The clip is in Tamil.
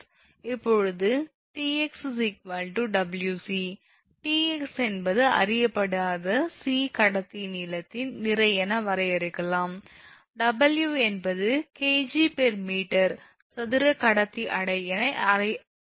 இப்போது 𝑇𝑥 𝑊𝑐 𝑇𝑥 என்பது அறியப்படாத 𝑐 கடத்தி நீளத்தின் நிறை என வரையறுக்கலாம் 𝑊 என்பது 𝐾𝑔𝑚 சதுர கடத்தி எடை என அறியப்படுகிறது